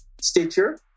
Stitcher